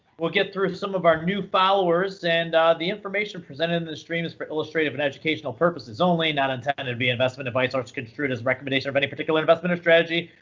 we'll get through some of our new followers. and the information presented in the stream is for illustrative and educational purposes only, not intended to be investment advice or misconstrued as recommendation of any particular investment or strategy.